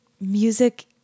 music